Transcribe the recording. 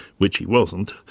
which he wasn't.